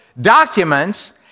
documents